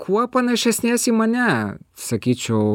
kuo panašesnės į mane sakyčiau